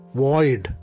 void